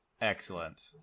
Excellent